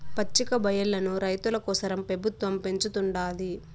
పచ్చికబయల్లను రైతుల కోసరం పెబుత్వం పెంచుతుండాది